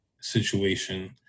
situation